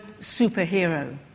superhero